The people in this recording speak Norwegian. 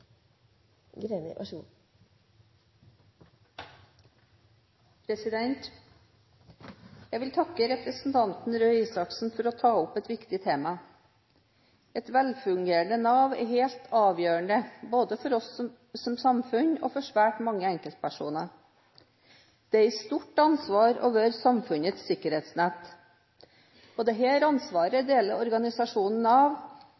Røe Isaksen for å ta opp et viktig tema. Et velfungerende Nav er helt avgjørende, både for oss som samfunn og for svært mange enkeltpersoner. Det er et stort ansvar å være samfunnets sikkerhetsnett. Dette ansvaret deler organisasjonen Nav med oss, som er lovgivende og bevilgende myndighet. La meg understreke én ting: Det